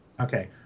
Okay